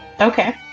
Okay